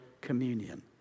communion